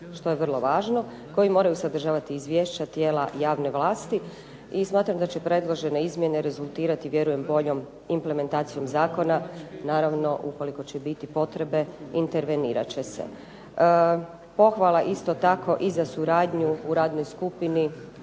što je vrlo važno koje moraju sadržati izvješća tijela javne vlasti. I smatram da će predložene izmjene rezultirati boljom implementacijom zakona. Naravno ukoliko će biti potrebe intervenirat će se. Pohvala isto tako i za suradnju u radnoj skupini.